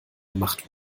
gemacht